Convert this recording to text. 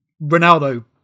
Ronaldo